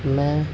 میں